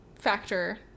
factor